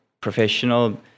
professional